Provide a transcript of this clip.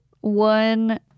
One